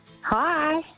hi